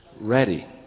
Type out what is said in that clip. ready